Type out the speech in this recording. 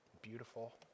Beautiful